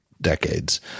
decades